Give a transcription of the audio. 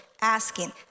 Asking